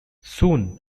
soon